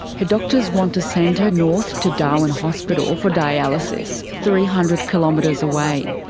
her doctors want to send her north to darwin hospital for dialysis, three hundred kilometres away.